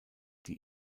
die